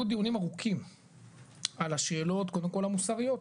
דיונים ארוכים על השאלות קודם כל המוסריות,